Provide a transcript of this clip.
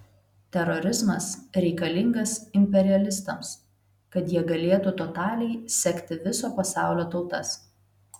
terorizmas reikalingas imperialistams kad jie galėtų totaliai sekti viso pasaulio tautas